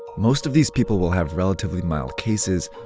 most of these people will have relatively mild cases,